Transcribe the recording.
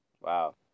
Wow